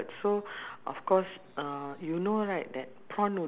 ya like it was a wedding invitation mm